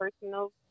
personal